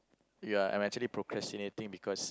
ya I'm actually procrastinating because